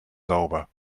sauber